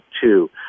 two